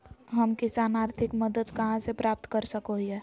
हम किसान आर्थिक मदत कहा से प्राप्त कर सको हियय?